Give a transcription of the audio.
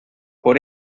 por